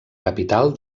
capital